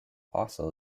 also